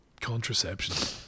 Contraception